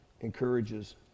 encourages